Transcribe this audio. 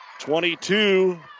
22